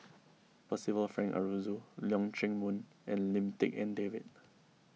Percival Frank Aroozoo Leong Chee Mun and Lim Tik En David